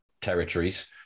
territories